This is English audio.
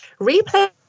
Replay